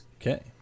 Okay